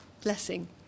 blessing